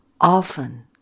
often